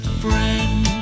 friend